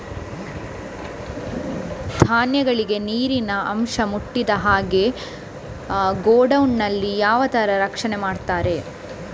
ಧಾನ್ಯಗಳಿಗೆ ನೀರಿನ ಅಂಶ ಮುಟ್ಟದ ಹಾಗೆ ಗೋಡೌನ್ ನಲ್ಲಿ ಯಾವ ತರ ರಕ್ಷಣೆ ಮಾಡ್ತಾರೆ?